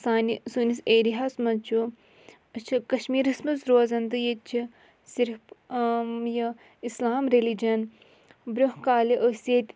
سانہِ سٲنِس ایریاہَس منٛز چھُ أسۍ چھِ کَشمیٖرَس منٛز روزان تہٕ ییٚتہِ چھِ صرف یہِ اِسلام ریٚلِجَن برٛونٛہہ کالہِ أسۍ ییٚتۍ